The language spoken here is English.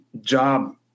job